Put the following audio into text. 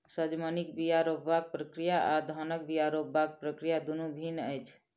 सजमनिक बीया रोपबाक प्रक्रिया आ धानक बीया रोपबाक प्रक्रिया दुनु भिन्न अछि